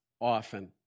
often